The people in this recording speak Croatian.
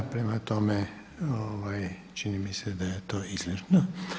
Prema tome, čini mi se da je to izvršeno.